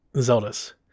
Zelda's